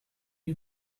you